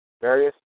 various